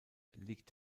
liegt